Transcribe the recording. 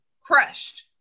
crushed